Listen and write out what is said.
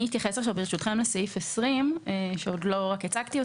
ברשותכם, אני אתייחס עכשיו לסעיף 20, שרק הצגתי.